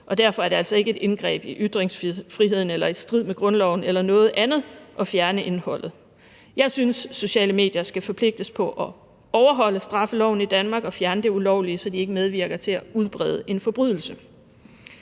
derfor er det altså ikke et indgreb i ytringsfriheden eller i strid med grundloven eller noget andet at fjerne indholdet. Jeg synes, sociale medier skal forpligtes på at overholde straffeloven i Danmark og fjerne det ulovlige, så de ikke medvirker til at udbrede en forbrydelse.